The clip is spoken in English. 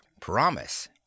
promise